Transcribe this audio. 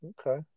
Okay